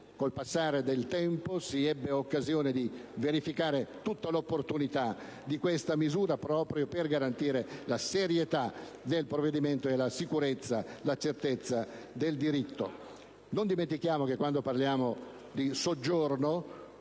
il passare del tempo si ebbe però l'occasione di verificare appieno l'opportunità di questa misura, proprio per garantire la serietà del provvedimento e la certezza del diritto. Non dimentichiamo che quando parliamo di permesso